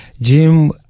Jim